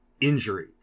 injury